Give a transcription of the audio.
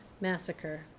Massacre